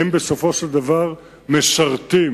בסופו של דבר משרתים,